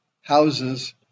houses